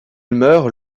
meurt